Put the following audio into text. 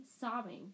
sobbing